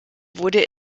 wurde